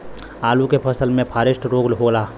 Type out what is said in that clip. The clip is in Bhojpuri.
आलू के फसल मे फारेस्ट रोग होला?